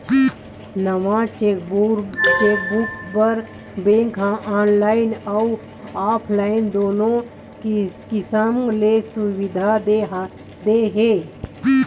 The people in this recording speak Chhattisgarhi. नवा चेकबूक बर बेंक ह ऑनलाईन अउ ऑफलाईन दुनो किसम ले सुबिधा दे हे